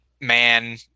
man